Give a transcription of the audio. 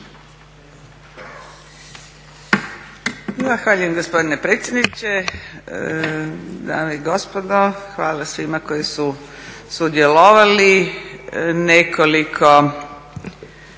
Hvala svima koji su sudjelovali.